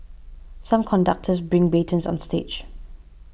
some conductors bring batons on stage